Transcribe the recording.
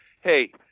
hey